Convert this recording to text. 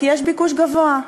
כי יש ביקוש גבוה.